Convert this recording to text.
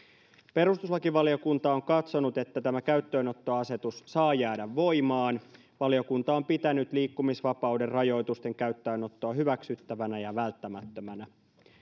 perustuslakivaliokunta on katsonut että tämä käyttöönottoasetus saa jäädä voimaan valiokunta on pitänyt liikkumisvapauden rajoitusten käyttöönottoa hyväksyttävänä ja välttämättömänä